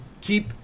keep